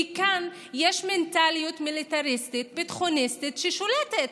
כי כאן יש מנטליות מיליטריסטית-ביטחוניסטית ששולטת.